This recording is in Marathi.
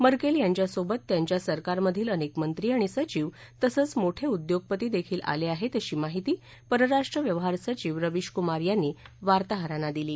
मकेल याच्या सोबत त्याच्या सरकारमधील अनेक मक्ती आणि सधिव तसच मोठे उद्योगपती देखील आले आहेत अशी माहिती परराष्ट्रीय व्यवहार सचिव रवीश कुमार यातीीवार्ताहराती दिली